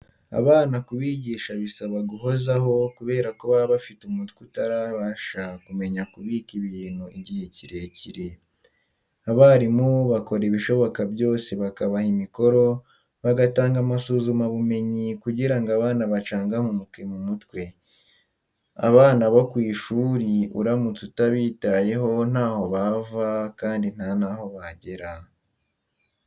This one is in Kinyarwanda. Abana kubigisha bisaba guhozaho kubera ko baba bafite umutwe utarabasha kumenya kubika ibintu igihe kirekire. Abarimu bakora ibishoboka byose bakabaha imikoro, bagatanga amasuzumabumenyi kugira ngo abana bacangamuke mu mutwe. Abana bo ku ishuri uramutse utabitayeho ntaho bava kandi nta n'aho bagera.